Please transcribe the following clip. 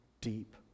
deep